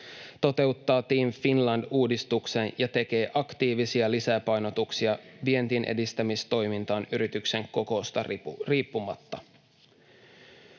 toteuttaa Team Finland ‑uudistuksen ja tekee aktiivisia lisäpainotuksia vienninedistämistoimintaan yrityksen koosta riippumatta.